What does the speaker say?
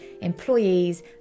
employees